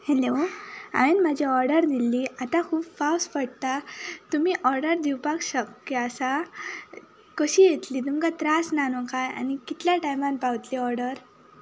hello हांवें म्हजी order दिल्ली आतां खूब पावस पडटा तुमी ऑडर दिवपाक शक्य आसा कशी येतली तुमकां त्रास ना न्हू कांय आनी कितल्या टायमान पावतली ऑडर